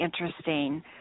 interesting